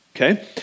okay